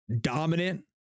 dominant